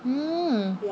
mm